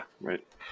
Right